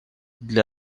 для